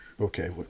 Okay